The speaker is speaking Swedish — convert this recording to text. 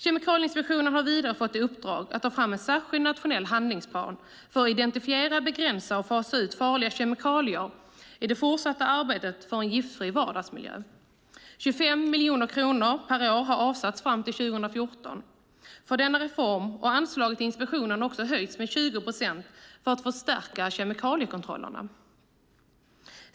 Kemikalieinspektionen har vidare fått i uppdrag att ta fram en särskild nationell handlingsplan för att identifiera, begränsa och fasa ut farliga kemikalier i det fortsatta arbetet för en giftfri vardagsmiljö. 25 miljoner kronor per år har avsatts fram till 2014 för denna reform, och anslaget till inspektionen har höjts med 20 procent för att förstärka kemikaliekontrollerna.